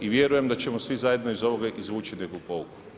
I vjerujem da ćemo svi zajedno iz ovoga izvući neku pouku.